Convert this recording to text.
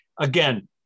again